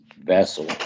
vessel